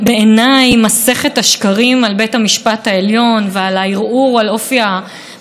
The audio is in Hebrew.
המשטר הדמוקרטי של מדינת ישראל על ידי השרה שקד וחבריה,